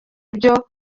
ibyo